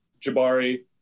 Jabari